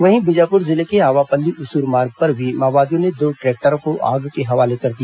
वहीं बीजापुर जिले के आवापल्ली उसूर मार्ग पर भी माओवादियों ने दो ट्रैक्टरों को आग के हवाले कर दिया